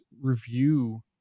review